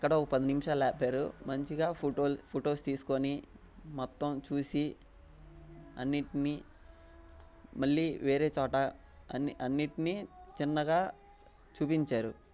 అక్కడ ఒక పది నిముషాలు ఆపారు మంచిగా ఫొటోల్ ఫొటోస్ తీసుకుని మొత్తం చూసి అన్నిటినీ మళ్ళీ వేరే చోట అన్నిటినీ చిన్నగా చూపించారు